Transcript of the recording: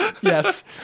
yes